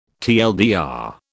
TLDR